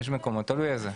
יש מקומות, תלוי איזה.